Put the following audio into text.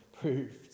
proved